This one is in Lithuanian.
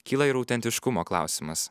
kyla ir autentiškumo klausimas